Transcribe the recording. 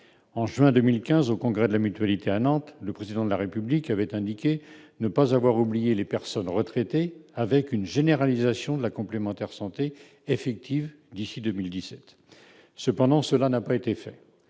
en juin 2015 au congrès de la Mutualité, à Nantes, le président de la République avait indiqué ne pas avoir oublié les personnes retraitées avec une généralisation de la complémentaire santé effective d'ici 2017 cependant, cela n'a pas été fait,